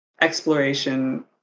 exploration